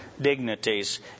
dignities